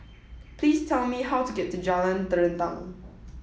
please tell me how to get to Jalan Terentang